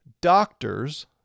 doctors